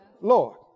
Lord